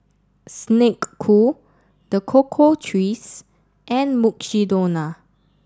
Snek Ku The Cocoa Trees and Mukshidonna